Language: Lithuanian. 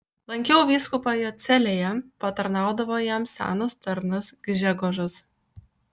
lankiau vyskupą jo celėje patarnaudavo jam senas tarnas gžegožas